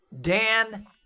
Dan